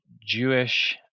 Jewish